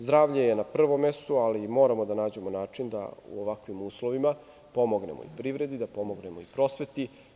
Zdravlje je na prvom mestu, ali moramo da nađemo način da u ovakvim uslovima pomognemo i privredi, pomognemo i prosveti.